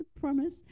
promise